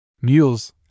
Mules